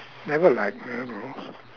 I don't like noodles